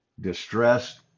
distressed